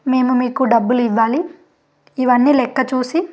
మేము మీకు డబ్బులు ఇవ్వాలి ఇవన్నీ లెక్క చూసి